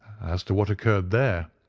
as to what occurred there,